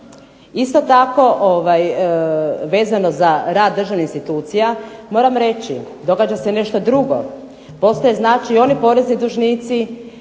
Isto tako vezano za rad državnih institucija moram reći događa se nešto drugo. Postoje znači i oni porezni dužnici